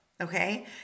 okay